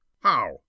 How